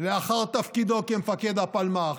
לאחר תפקידו כמפקד הפלמ"ח,